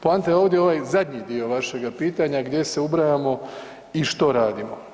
Poanta je ovdje ovaj zadnji dio vašega pitanja gdje se ubrajamo i što radimo.